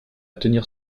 tenir